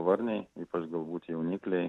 varniai ypač galbūt jaunikliai